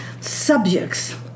subjects